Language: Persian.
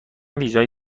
ویزای